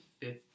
fifth